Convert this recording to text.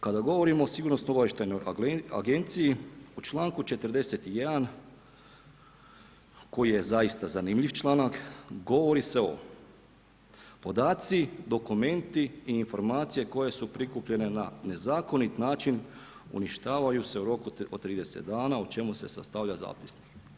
Kada govorimo o Sigurnosno-obavještajnoj agenciji u članku 41. koji je zaista zanimljiv članak, govori se o podaci, dokumenti i informacije koje su prikupljene na nezakonit način uništavaju se u roku od 30 dana o čemu se sastavlja zapisnik.